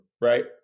right